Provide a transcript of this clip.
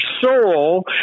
soul